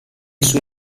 sue